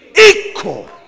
equal